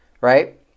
right